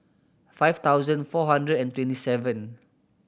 five thousand four hundred and twenty seven